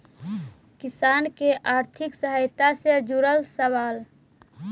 किसान के आर्थिक सहायता से जुड़ल सवाल?